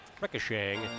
ricocheting